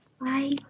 Bye